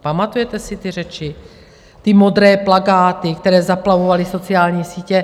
Pamatujete si ty řeči, ty modré plakáty, které zaplavovaly sociální sítě?